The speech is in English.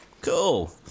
Cool